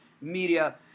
Media